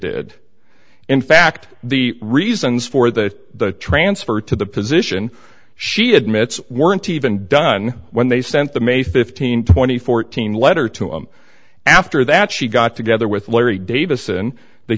did in fact the reasons for the transfer to the position she admits weren't even done when they sent them a fifteen thousand and fourteen letter to him after that she got together with larry davison the